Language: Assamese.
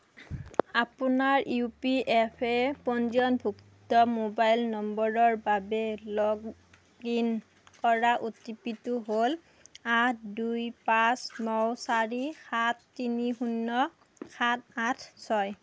আপোনাৰ ইপিএফঅ' পঞ্জীয়নভুক্ত মোবাইল নম্বৰৰ বাবে লগ ইন কৰা অ'টিপিটো হ'ল আঠ দুই পাঁচ ন চাৰি সাত তিনি শূন্য সাত আঠ ছয়